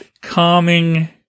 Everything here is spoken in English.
calming